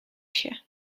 się